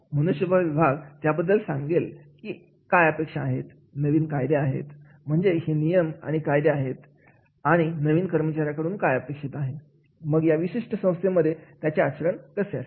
मनुष्यबळ विभाग त्याबद्दल सांगेल की अपेक्षा काय आहेत नियम कायदे आहेत म्हणजे हे नियम आणि कायदे आहेत आणि नवीन कर्मचाऱ्याकडून काय अपेक्षित आहे मग या विशिष्ट संस्थेमध्ये त्याचे आचरण कसे असेल